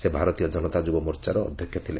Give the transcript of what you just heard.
ସେ ଭାରତୀୟ ଜନତା ଯୁବମୋର୍ଚ୍ଚାର ଅଧ୍ୟକ୍ଷ ଥିଲେ